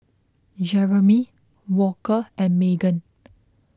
Jeremy Walker and Maegan